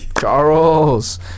Charles